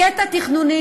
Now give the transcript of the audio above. הקטע התכנוני,